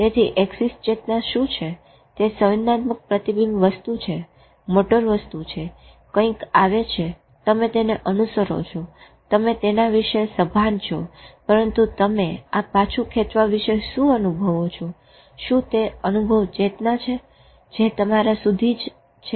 તેથી એક્સીસ ચેતના શું છે તે સંવેદનાત્મક પ્રતીબિંબીત વસ્તુ છે મોટોર વસ્તુ છે કંઈક આવે છે તમે તેને અનુસરો છો તમે તેના વિશે સભાન છો પરંતુ તમે આ પાછું ખેચવા વિશે શું અનુભવો છો શું તે અનુભવ ચેતના છે જે તમારા સુધી જ છે